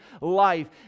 life